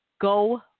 Go